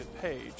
page